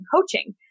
coaching